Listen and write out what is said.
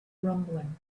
rumbling